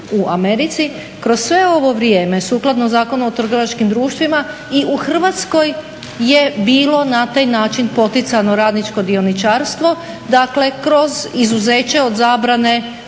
u Americi, kroz sve ovo vrijeme sukladno Zakonu o trgovačkim društvima i u Hrvatskoj je bilo na taj način poticano radničko dioničarstvo. Dakle, kroz izuzeće od zabrane